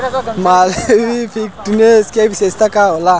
Malviya fifteen के विशेषता का होला?